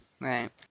Right